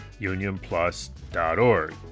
unionplus.org